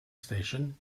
station